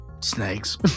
snakes